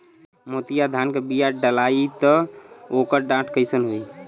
मोतिया धान क बिया डलाईत ओकर डाठ कइसन होइ?